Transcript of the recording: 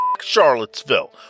Charlottesville